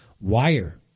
wire